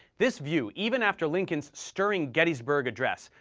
this view, even after lincoln's stirring gettysburg address,